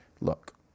look